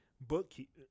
Bookkeeper